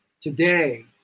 today